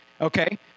Okay